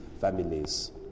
families